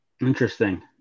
Interesting